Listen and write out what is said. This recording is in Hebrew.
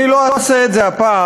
אני לא אעשה את זה הפעם,